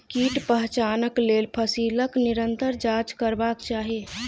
कीट पहचानक लेल फसीलक निरंतर जांच करबाक चाही